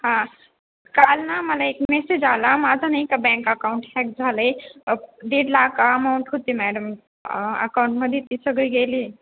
हां काल ना मला एक मेसेज आला माझं नाही का बँक अकाउंट हॅक झालं आहे दीड लाख अमाऊंट होती मॅडम अकाउंटमध्ये ती सगळी गेली आहे